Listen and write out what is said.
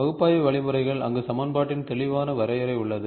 பகுப்பாய்வு வழிமுறைகள் அங்கு சமன்பாட்டின் தெளிவான வரையறை உள்ளது